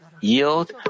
yield